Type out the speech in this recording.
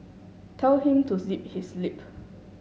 tell him to zip his lip